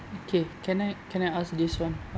okay can I can I ask this one